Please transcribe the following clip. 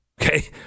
Okay